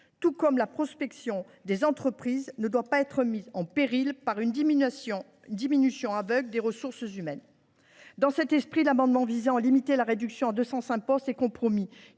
façon, la prospection des entreprises ne doit pas être mise en péril par une diminution aveugle des ressources humaines. Dans cet esprit, l’amendement visant à limiter la réduction à 205 postes est un compromis